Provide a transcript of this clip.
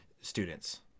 students